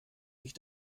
sich